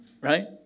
Right